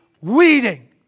weeding